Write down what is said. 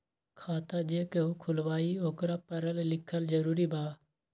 खाता जे केहु खुलवाई ओकरा परल लिखल जरूरी वा?